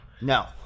no